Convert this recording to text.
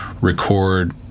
record